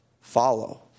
follow